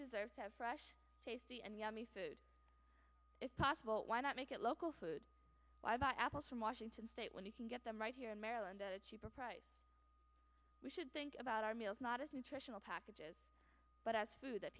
deserves to have fresh tasty and yummy food if possible why not make it local food apples from washington state when you can get them right here in maryland at a cheaper price we should think about our meals not as nutritional packages but as food that